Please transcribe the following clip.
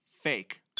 Fake